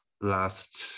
last